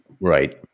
right